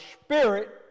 spirit